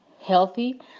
healthy